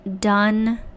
done